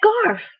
scarf